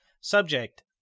Subject